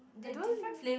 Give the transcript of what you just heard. I don't really know